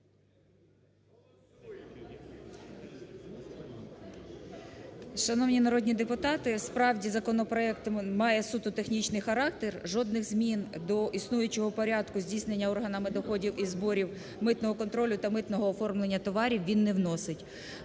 Шановні народні депутати. Справді, законопроект має суто технічний характер, жодних змін до існуючого порядку здійснення органами доходів і зборів митного контролю та митного оформлення товарів, він не вносить.